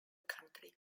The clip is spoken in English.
country